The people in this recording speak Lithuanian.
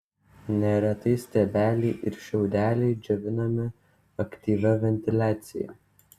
neretai stiebeliai ir šiaudeliai džiovinami aktyvia ventiliacija